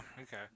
Okay